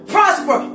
Prosper